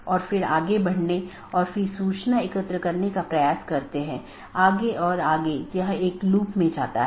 इसलिए एक multihome agent autonomous सिस्टमों के प्रतिबंधित सेट के लिए पारगमन कि तरह काम कर सकता है